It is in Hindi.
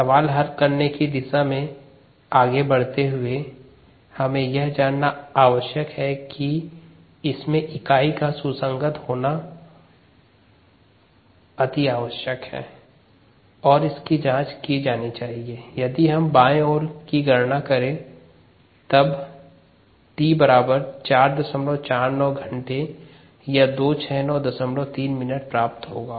सवाल हल करते समय इकाई सुसंगत होना आवश्यक है और इसकी जांच की जानी चाहिए यदि हम बायीं ओर की गणना करें तब t बराबर 449 घंटे या 2693 मिनट प्राप्त होगा